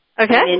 Okay